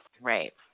Right